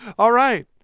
all right.